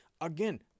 again